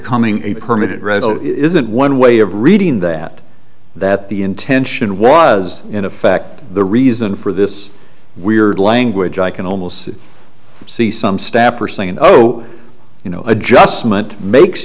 coming a permanent resident isn't one way of reading that that the intention was in effect the reason for this weird language i can almost see some staffer saying oh you know adjustment makes